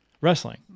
wrestling